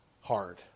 hard